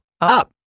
up